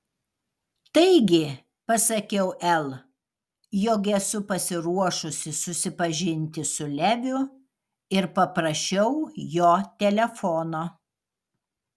taigi pasakiau el jog esu pasiruošusi susipažinti su leviu ir paprašiau jo telefono